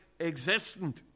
existent